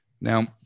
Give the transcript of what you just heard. now